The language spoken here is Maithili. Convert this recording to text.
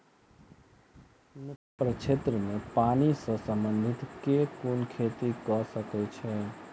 मिथिला प्रक्षेत्र मे पानि सऽ संबंधित केँ कुन खेती कऽ सकै छी?